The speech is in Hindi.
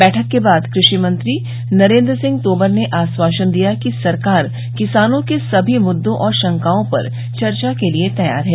बैठक के बाद कृषि मंत्री नरेंद्र सिंह तोमर ने आश्वासन दिया कि सरकार किसानों के सभी मुददों और शंकाओं पर चर्चा के लिए तैयार है